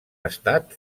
estat